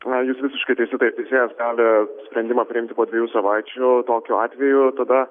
na jūs visiškai teisi taip teisėjas gali sprendimą priimti po dviejų savaičių tokiu atveju tada